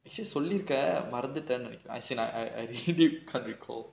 சொல்லிருக்க மறந்துட்டேன் நினைக்கிறேன்:solliyirukka maranthuttaen ninaikkuraen as in like I I literally can't recall